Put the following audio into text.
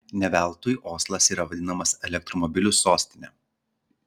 ne veltui oslas yra vadinamas elektromobilių sostine